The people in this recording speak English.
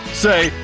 say,